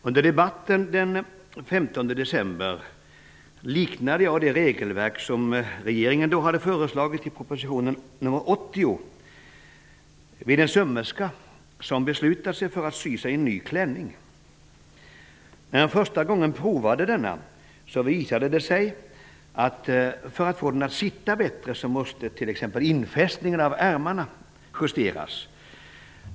Under debatten den 15 december liknade jag det regelverk som regeringen hade föreslagit i proposition nr 80 vid en sömmerska som beslutar sig för att sy en ny klänning. När hon första gången provar den visar det sig att ärmarna måste justeras så att den sitter bättre.